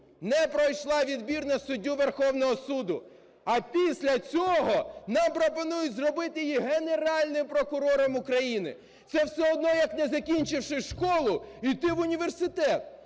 не пройшла відбір на суддю Верховного Суду, а після цього нам пропонують зробити її Генеральним прокурором України. Це все одно, як, не закінчивши школу, іти в університет.